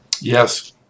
Yes